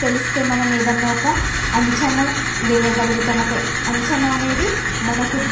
తెలిస్తే మనమేదన్నా ఒక అంచనా వేయగలుగుతాము ఒక అంచనా అనేది మనకు